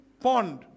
pond